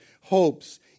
hopes